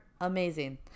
Amazing